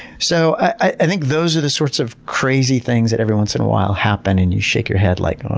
so, i think those are the sorts of crazy things that, every once in a while, happen and you shake your head, like